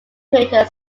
crater